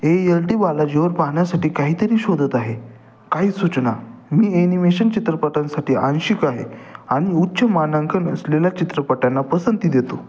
ए L T बालाजीवर पाहण्यासाठी काहीतरी शोधत आहे काही सूचना मी एनिमेशन चित्रपटांसाठी आंशिक आहे आणि उच्च मानांकन असलेल्या चित्रपटांना पसंती देतो